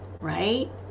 Right